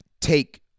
take